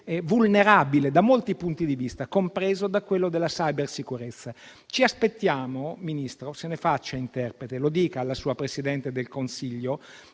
vulnerabile da molti punti di vista, compreso quello della cybersicurezza. Ci aspettiamo, Ministro, che se ne faccia interprete e lo dica alla sua Presidente del Consiglio